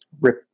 rip